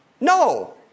no